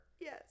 Yes